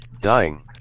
Dying